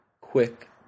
quick